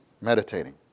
meditating